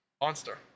Monster